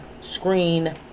Screen